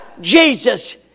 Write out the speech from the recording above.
Jesus